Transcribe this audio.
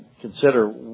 consider